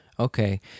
Okay